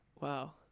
Wow